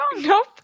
Nope